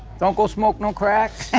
don't go smoke no crack.